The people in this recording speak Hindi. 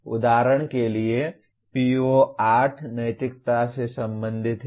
उदाहरण के लिए PO8 नैतिकता से संबंधित है